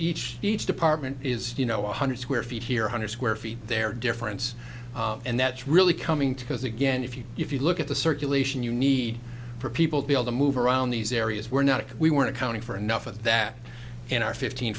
each each department is you know one hundred square feet here hundred square feet there difference and that's really coming to us again if you if you look at the circulation you need for people to be able to move around these areas we're not we weren't accounting for enough of that in our fifteen